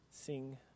sing